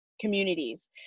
communities